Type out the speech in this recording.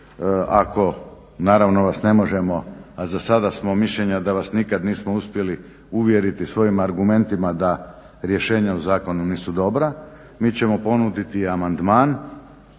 ako naravno vas ne možemo, a za sada smo mišljenja da vas nikad nismo uspjeli uvjeriti svojim argumentima da rješenja u zakonu nisu dobra. Mi ćemo ponuditi i amandman